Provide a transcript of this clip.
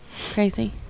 crazy